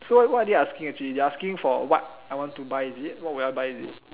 so what what are they asking actually they're asking for what I want to buy is it what will I buy is it